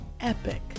epic